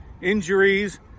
injuries